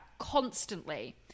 Constantly